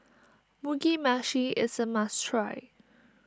Mugi Meshi is a must try